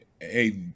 hey